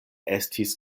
estis